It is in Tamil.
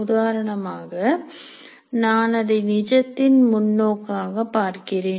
உதாரணமாக நான் அதை நிஜத்தின் முன் நோக்காக பார்க்கிறேன்